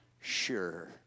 sure